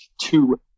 two